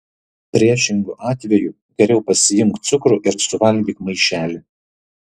priešingu atveju geriau pasiimk cukrų ir suvalgyk maišelį